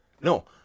No